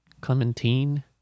Clementine